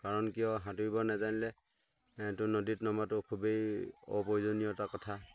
কাৰণ কিয় সাঁতোৰিব নাজানিলেটো নদীত নমাটো খুবেই অপ্ৰয়োজনীয়তা কথা